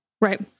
Right